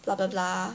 bla bla bla